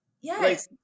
Yes